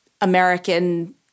American